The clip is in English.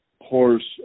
horse